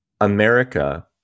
America